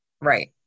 Right